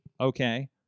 Okay